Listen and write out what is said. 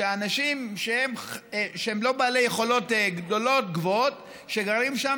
שאנשים שהם לא בעלי יכולות גבוהות שגרים שם